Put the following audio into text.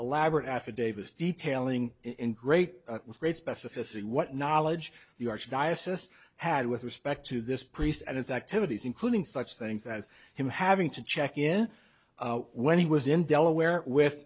elaborate affidavits detailing in great great specificity what knowledge the archdiocese had with respect to this priest and its activities including such things as him having to check in when he was in delaware